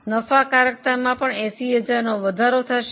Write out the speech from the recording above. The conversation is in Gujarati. નફાકારકતામાં 80000 નો વધારો થશે